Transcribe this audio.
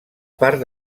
part